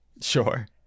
Sure